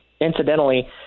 incidentally